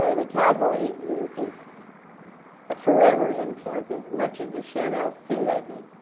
ah the cowboy is a forever influence, as much as the chanel suit, i think.